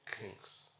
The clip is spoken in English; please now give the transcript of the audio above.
kinks